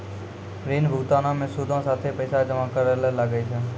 ऋण भुगतानो मे सूदो साथे पैसो जमा करै ल लागै छै